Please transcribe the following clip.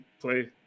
play